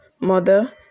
mother